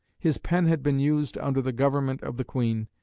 his pen had been used under the government of the queen,